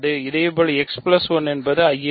இதேபோல் x 1 என்பது I இல் இல்லை